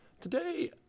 Today